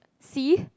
see